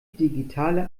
digitale